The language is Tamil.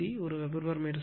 ஒரு வெபர்மீட்டருக்கு 2